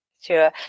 Sure